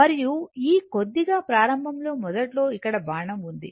మరియు ఈ కొద్దిగా ప్రారంభంలో మొదట్లో ఇక్కడ బాణం ఉంది